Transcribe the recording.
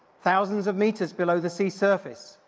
thousands of meters below the sea surface.